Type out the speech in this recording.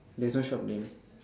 there's one shop name